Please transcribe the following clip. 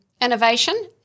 Innovation